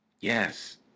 Yes